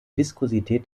viskosität